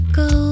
go